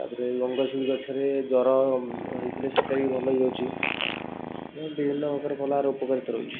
ତା'ପରେ ଗଙ୍ଗଶିଉଳି ଗଛରେ ଜ୍ୱର ହେଇଥିଲେ ସେଇଟା ବି ଭଲ ହେଇଯାଉଛି ମୁଁ ବିଭିନ୍ନ ପ୍ରକାର ଭଲ ଆର ଉପକାରିତ ରହିଛି